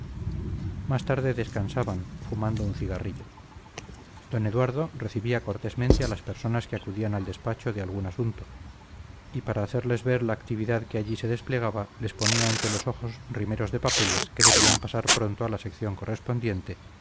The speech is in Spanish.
más tarde descansaban fumando un cigarrillo d eduardo recibía cortésmente a las personas que acudían al despacho de algún asunto y para hacerles ver la actividad que allí se desplegaba les ponía ante los ojos rimeros de papeles que debían pasar pronto a la sección correspondiente